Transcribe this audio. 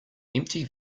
empty